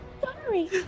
sorry